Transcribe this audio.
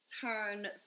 turn